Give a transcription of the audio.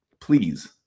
please